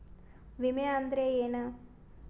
ವಿಮೆ ಅಂದ್ರೆ ಏನ?